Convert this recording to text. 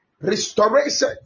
restoration